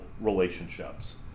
relationships